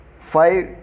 five